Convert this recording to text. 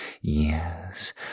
yes